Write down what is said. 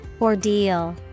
Ordeal